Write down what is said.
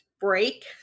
break